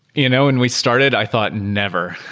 you know and we started, i thought never.